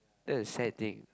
that's a sad thing